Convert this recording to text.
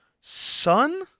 son